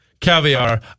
Caviar